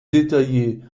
détaillée